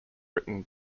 written